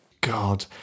God